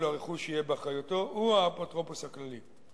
הרכוש יהיה באחריותו הוא האפוטרופוס הכללי.